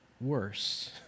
worse